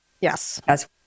Yes